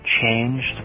changed